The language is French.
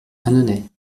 annonay